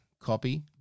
copy